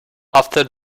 after